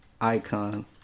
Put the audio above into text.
icon